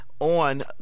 on